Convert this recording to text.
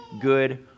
good